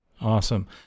Awesome